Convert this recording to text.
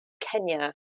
Kenya